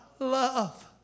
Love